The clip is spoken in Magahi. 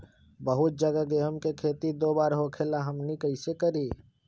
बहुत जगह गेंहू के खेती दो बार होखेला हमनी कैसे करी?